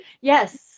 yes